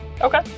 Okay